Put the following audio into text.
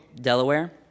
Delaware